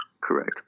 Correct